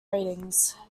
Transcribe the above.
ratings